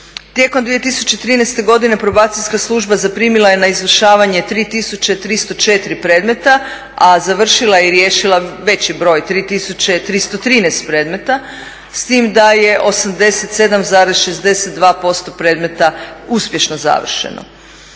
Tijekom 2013. godine Probacijska služba zaprimila je na izvršavanje 3304 predmeta, a završila i riješila veći broj, 3313 predmeta, s tim da je 87,62% predmeta uspješno završeno.